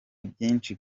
byinshi